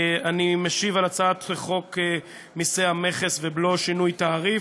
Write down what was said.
אני משיב על הצעת חוק מסי המכס ובלו (שינוי תעריף).